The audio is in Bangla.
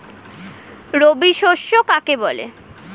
রবি শস্য কাকে বলে?